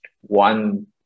one